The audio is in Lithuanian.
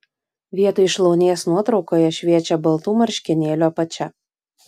vietoj šlaunies nuotraukoje šviečia baltų marškinėlių apačia